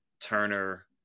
Turner